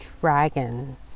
dragon